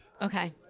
Okay